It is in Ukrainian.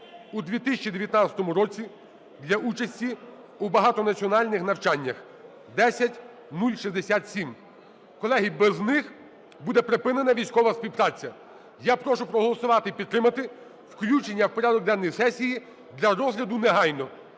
у 2019 році для участі у багатонаціональних навчаннях (10067). Колеги, без них буде припинена військова співпраця. Я прошу проголосувати і підтримати включення в порядок денний сесії для розгляду негайно.